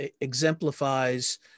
exemplifies